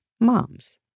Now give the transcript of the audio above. moms